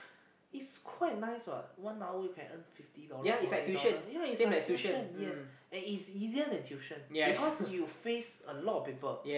it's quite nice what one hour you can earn fifty dollars forty dollar its like tuition yes and its easier than tuition it cause you faced a lot of people